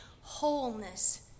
wholeness